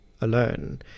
alone